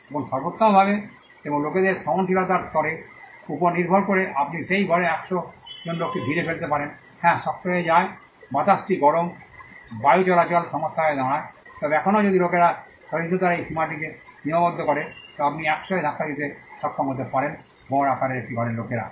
এখন সর্বোত্তমভাবে এবং লোকদের সহনশীলতার স্তরের উপর নির্ভর করে আপনি সেই ঘরে 100 জন লোককে ঘিরে ফেলতে পারেন হ্যাঁ শক্ত হয়ে যায় বাতাসটি গরম বায়ুচলাচল সমস্যা হয়ে দাঁড়ায় তবে এখনও যদি লোকেরা সহিষ্ণুতার এই সীমাটিকে সীমাবদ্ধ করে তবে আপনি 100 এ ধাক্কা দিতে সক্ষম হতে পারেন গড় আকারের একটি ঘরে লোকেরা